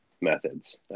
methods